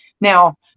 Now